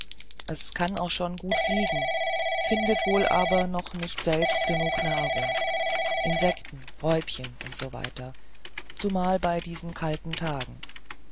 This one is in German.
es kann auch schon gut fliegen findet wohl aber noch nicht selbst genug nahrung insekten räupchen usw zumal bei diesen kalten tagen